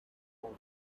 over